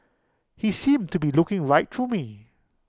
he seemed to be looking right through me